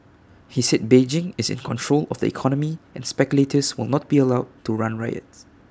he said Beijing is in control of the economy and speculators will not be allowed to run riot